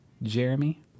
jeremy